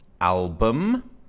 album